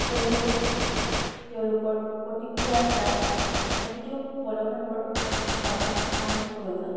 তেওঁলোকক তেওঁলোকৰ প্ৰতিক্ৰিয়া প্ৰায় প্ৰতিটো পদক্ষেপৰ বাবে পানী প্ৰয়োজন